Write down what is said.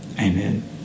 Amen